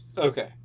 Okay